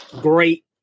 great